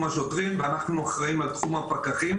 השוטרים ואנחנו אחראים על תחום הפקחים.